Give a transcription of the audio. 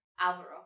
Alvaro